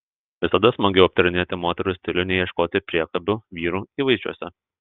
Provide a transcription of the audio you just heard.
visada smagiau aptarinėti moterų stilių nei ieškoti priekabių vyrų įvaizdžiuose